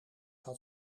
had